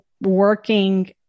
working